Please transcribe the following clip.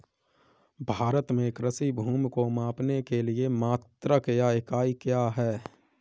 भारत में कृषि भूमि को मापने के लिए मात्रक या इकाई क्या है?